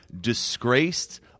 disgraced